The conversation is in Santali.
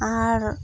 ᱟᱨ